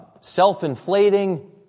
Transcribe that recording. self-inflating